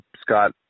Scott